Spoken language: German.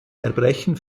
erbrechen